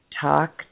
talk